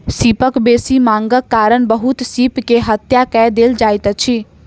सीपक बेसी मांगक कारण बहुत सीप के हत्या कय देल जाइत अछि